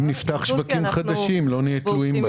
אם נפתח שווקים חדשים לא נהיה תלויים בהם.